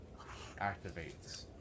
activates